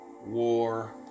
war